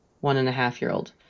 one-and-a-half-year-old